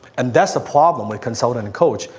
and that's a problem with consultant and coach,